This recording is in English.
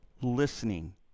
listening